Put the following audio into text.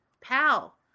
pal